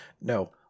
no